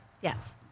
Yes